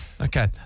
Okay